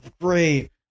great